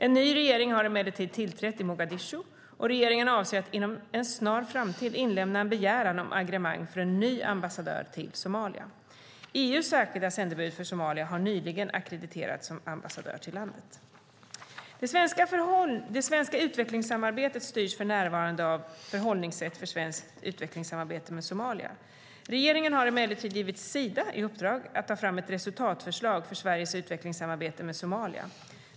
En ny regering har emellertid tillträtt i Mogadishu, och regeringen avser att inom en snar framtid inlämna en begäran om agremang för en ny ambassadör till Somalia. EU:s särskilda sändebud för Somalia har nyligen ackrediterats som ambassadör till landet. Det svenska utvecklingssamarbetet styrs för närvarande av Förhållningssätt för svenskt utvecklingssamarbete med Somalia . Regeringen har emellertid givit Sida i uppdrag att ta fram ett resultatförslag för Sveriges utvecklingssamarbete med Somalia.